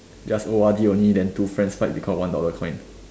just O_R_D only then two friends fight because of one dollar coin